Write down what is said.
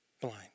blind